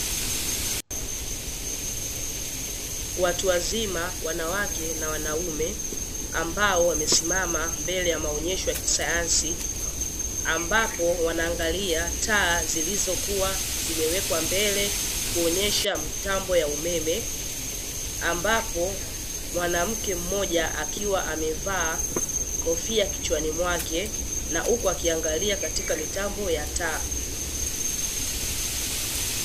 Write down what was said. Watu wazima wanawake na wanaume ambao wamesimama mbele ya maonyesho ya kisayansi, ambapo wanaangalia taa zilizokuwa zimewekwa mbele kuonyesha mitambo ya umeme. Ambapo mwanamke mmoja akiwa amevaa kofia kichwani mwake na huku akiangalia katika mitambo ya taa.